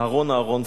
אהרן אהרונסון,